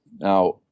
Now